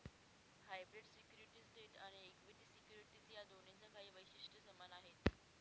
hybrid securities debt आणि equity securities या दोन्हींची काही वैशिष्ट्ये समान आहेत